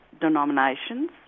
denominations